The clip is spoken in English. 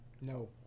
no